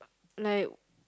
like